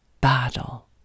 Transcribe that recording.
battle